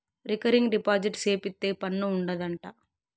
recurring deposit సేపిత్తే పన్ను ఉండదు అంట